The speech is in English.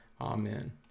Amen